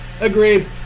Agreed